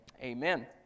Amen